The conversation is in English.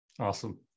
Awesome